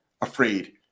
afraid